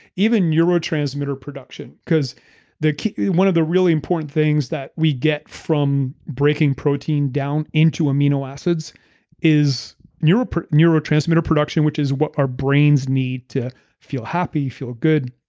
even neurotransmitter production. because one of the really important things that we get from breaking protein down into amino acids is your ah neurotransmitter production, which is what our brains need to feel happy, feel good